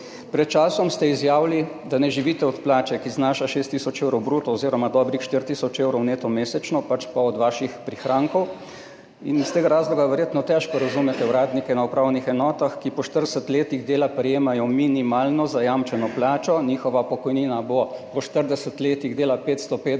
Pred časom ste izjavili, da ne živite od plače, ki znaša 6 tisoč evrov bruto oziroma dobrih 4 tisoč evrov neto mesečno, pač pa od vaših prihrankov. In iz tega razloga verjetno težko razumete uradnike na upravnih enotah, ki po 40 letih dela prejemajo minimalno zajamčeno plačo. Njihova pokojnina bo po 40 letih dela 550